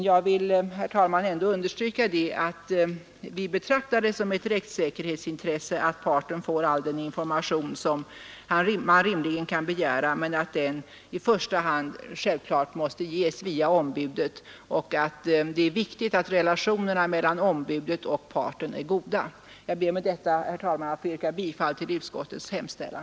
Jag vill, herr talman, ändå understryka att vi betraktar det som ett rättssäkerhetsintresse att parterna får all den information man rimligen kan begära, men den måste i första hand självfallet ges via ombuden; det är viktigt att relationerna mellan ombudet och parten är goda. Jag ber med detta, herr talman, att få yrka bifall till utskottets hemställan.